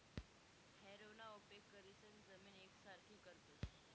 हॅरोना उपेग करीसन जमीन येकसारखी करतस